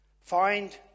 find